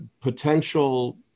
potential